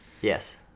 yes